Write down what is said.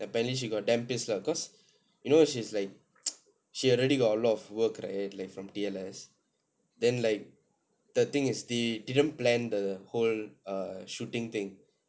apparently she got damn pissed lah cause you know she's like she already got a lot of work right from T_L_S then like the thing is the they didn't plan the whole err shooting thing